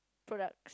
put up